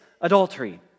adultery